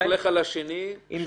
-- שמלכלך על השני, שום דבר לא קורה לו.